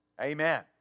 Amen